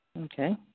Okay